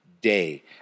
day